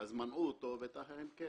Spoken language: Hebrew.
אז מנעו אותו ולאחרים כן נתנו.